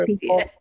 people